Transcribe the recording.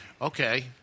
Okay